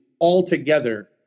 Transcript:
altogether